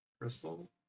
crystal